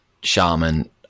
shaman